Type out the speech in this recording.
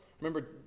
remember